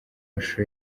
mashusho